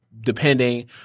Depending